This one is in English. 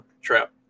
trap